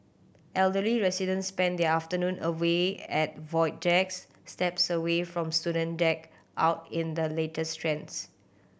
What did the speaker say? elderly residents spend their afternoon away at void decks steps away from student decked out in the latest trends